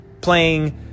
playing